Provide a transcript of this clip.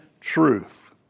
truth